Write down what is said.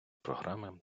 програми